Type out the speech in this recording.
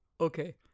Okay